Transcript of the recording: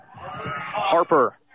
Harper